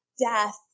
death